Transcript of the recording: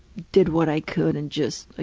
did what i could and just ah